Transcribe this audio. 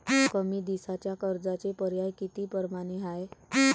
कमी दिसाच्या कर्जाचे पर्याय किती परमाने हाय?